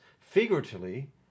figuratively